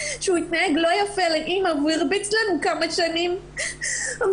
שהוא התנהג לא יפה לאימא והרביץ לנו כמה שנים והוא